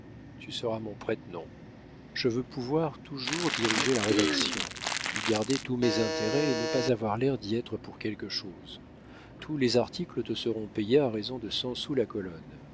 tu seras mon prête-nom je veux pouvoir toujours diriger la rédaction y garder tous mes intérêts et ne pas avoir l'air d'y être pour quelque chose tous les articles te seront payés à raison de cent sous la colonne